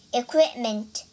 equipment